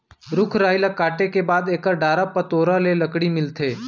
रूख राई ल काटे के बाद एकर डारा पतोरा ले लकड़ी मिलथे